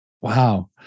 Wow